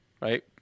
Right